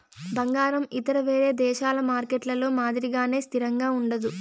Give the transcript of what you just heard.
బంగారం ఇతర వేరే దేశాల మార్కెట్లలో మాదిరిగానే స్థిరంగా ఉండదు